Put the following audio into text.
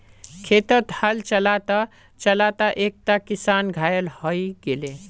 खेतत हल चला त चला त एकता किसान घायल हय गेले